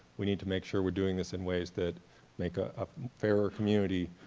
we need to make sure we're doing this in ways that make a fairer community,